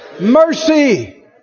Mercy